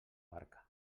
barca